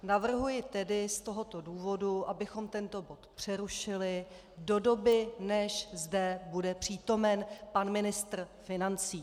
Navrhuji tedy z tohoto důvodu, abychom tento bod přerušili do doby, než zde bude přítomen pan ministr financí.